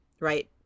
right